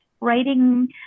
writing